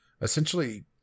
essentially